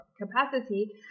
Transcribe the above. capacity